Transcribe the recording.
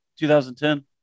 2010